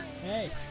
Hey